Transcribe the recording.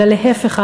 אלא להפך,